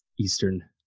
Eastern